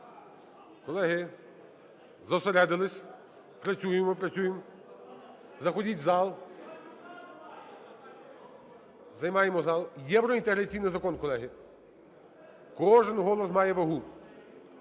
Колеги, зосередились. Працюємо, працюємо. Заходіть в зал. Займаємо зал. Євроінтеграційний закон, колеги. Кожен голос має вагу.